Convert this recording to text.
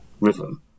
rhythm